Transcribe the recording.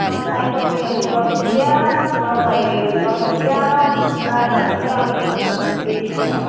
अँ सयपत्रीहरू दस रुपियाँ गदावरीहरू दस रुपियाँ प्लान्टहरू चाहिँ अलिक बेसी नै छ